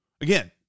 Again